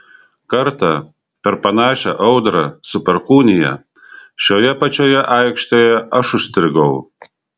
kartą per panašią audrą su perkūnija šioje pačioje aikštėje aš užstrigau